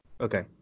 okay